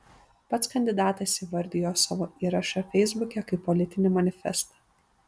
pats kandidatas įvardijo savo įrašą feisbuke kaip politinį manifestą